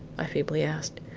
i feebly asked.